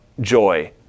joy